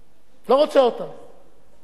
או שתביאו, שהיא טובה, או שהיא לא תהיה בכלל,